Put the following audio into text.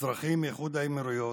אזרחים מאיחוד האמירויות,